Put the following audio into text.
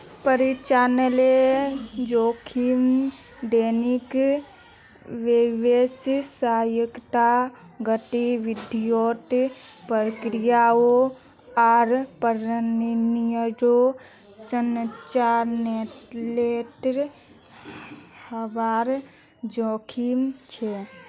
परिचालनेर जोखिम दैनिक व्यावसायिक गतिविधियों, प्रक्रियाओं आर प्रणालियोंर संचालीतेर हबार जोखिम छेक